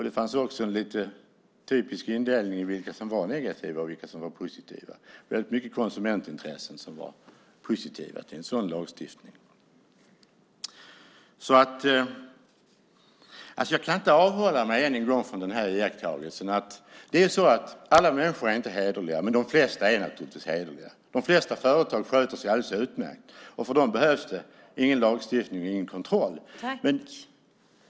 Det fanns också en lite typisk indelning i vilka som var negativa och vilka som var positiva. Väldigt många konsumentintressen var positiva till en sådan lagstiftning. Jag kan inte avhålla mig än en gång från iakttagelsen att alla människor visserligen inte är hederliga, men de flesta är naturligtvis det. De flesta företag sköter sig alldeles utmärkt, och för dem behövs ingen lagstiftning och ingen kontroll.